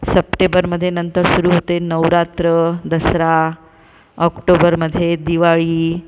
सप्टेबरमध्ये नंतर सुरू होते नवरात्र दसरा ऑक्टोबरमध्ये दिवाळी